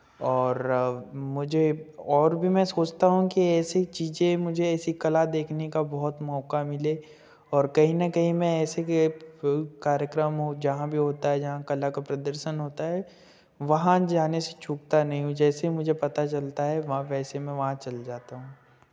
और मुझे और भी मैं सोचता हूँ कि ऐसे ही चीज़ें मुझे ऐसी कला देखने का बहुत मौका मिले और कहीं ना कहीं मैं ऐसे के बहु कार्यक्रम हो जहाँ भी होता है जहाँ कला का प्रदर्शन होता है वहाँ जाने से चूकता नहीं हूँ जैसे मुझे पता चलता है वैसे मैं वहाँ चल जाता हूँ